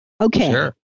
Okay